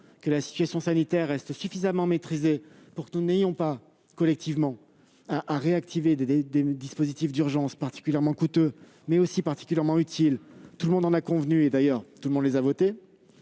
que la situation sanitaire reste suffisamment maîtrisée pour que nous n'ayons pas collectivement à réactiver des dispositifs d'urgence particulièrement coûteux, mais particulièrement utiles ; tout le monde l'a reconnu et les a votés.